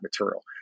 material